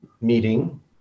meeting